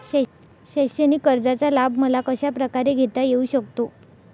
शैक्षणिक कर्जाचा लाभ मला कशाप्रकारे घेता येऊ शकतो?